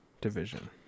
division